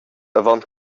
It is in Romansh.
avon